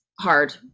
hard